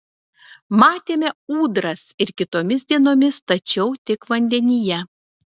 matėme ūdras ir kitomis dienomis tačiau tik vandenyje